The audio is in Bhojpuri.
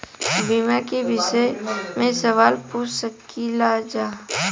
बीमा के विषय मे सवाल पूछ सकीलाजा?